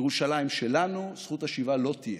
ירושלים שלנו, זכות השיבה לא תהיה,